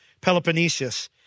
Peloponnesus